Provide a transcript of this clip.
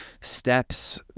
steps